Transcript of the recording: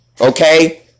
okay